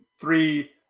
Three